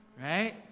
right